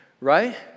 Right